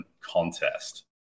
contest